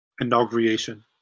Inauguration